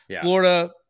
Florida –